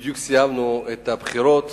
בדיוק סיימנו את הבחירות